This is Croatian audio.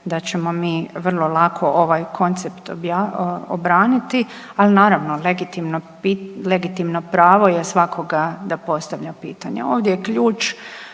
da ćemo mi vrlo lako ovaj koncept obraniti, al naravno legitimno pravo je svakoga da postavlja pitanja. Ovdje je ključ,